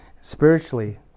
spiritually